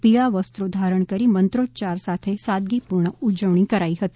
પીળા વસ્ત્રો ધારણ કરી મંત્રોચ્યાર સાથે સાદગીપૂર્ણ ઉજવણી કરાઇ હતી